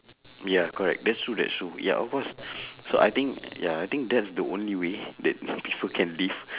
ya correct that's true that's true ya of course so I think ya I think that's the only way that people can live